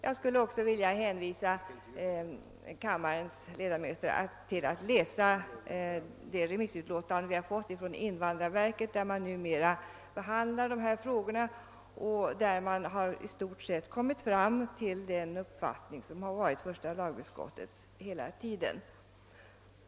Jag vill också hänvisa kammarens ledamöter till att läsa det remissutlåtande som vi har fått från invandrarverket, som numera behandlar dessa frågor. Verket har i stort sett kommit fram till den uppfattning som varit första lagutskottets hela tiden.